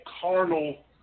carnal